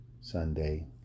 Sunday